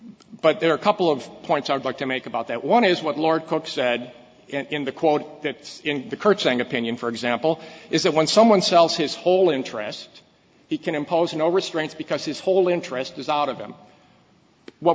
but there are a couple of points i'd like to make about that one is what lord cook said in the quote that in the curtseying opinion for example is that when someone sells his whole interest he can impose a no restraints because his whole interest is out of him what